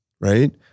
right